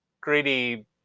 greedy